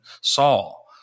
Saul